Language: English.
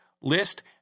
List